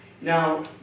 Now